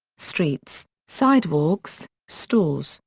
streets, sidewalks, stores,